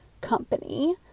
company